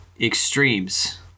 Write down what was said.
extremes